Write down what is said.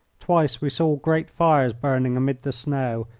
twice we saw great fires burning amid the snow,